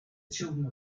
some